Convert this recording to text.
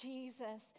Jesus